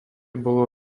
bolo